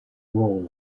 roles